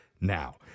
now